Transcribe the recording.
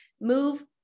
Move